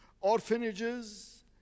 orphanages